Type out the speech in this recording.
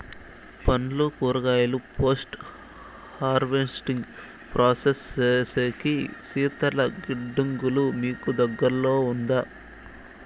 పండ్లు కూరగాయలు post harvesting process సేసేకి శీతల గిడ్డంగులు మీకు దగ్గర్లో ఉందా?